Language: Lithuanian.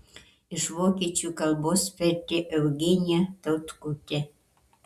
iš vokiečių kalbos vertė eugenija tautkutė